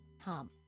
Hum